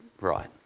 right